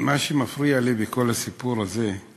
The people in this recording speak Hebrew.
מה שמפריע לי בכל הסיפור הזה זה